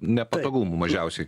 nepatogumų mažiausiai